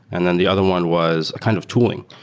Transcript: and then the other one was a kind of tooling.